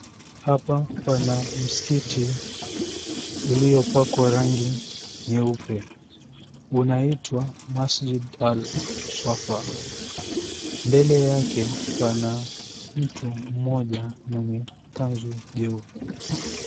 Hapa pana msikiti uliopakwa rangi nyeupe. Unaitwa Masjid Al Swafaa. Mbele yake pana mtu mmoja, mwenye kanzu jeupe.